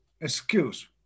excuse